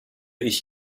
ich